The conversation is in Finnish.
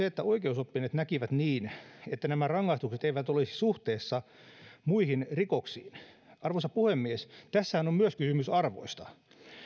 että oikeusoppineet näkivät että nämä rangaistukset eivät olisi suhteessa muihin rikoksiin arvoisa puhemies tässähän on myös kysymys arvoista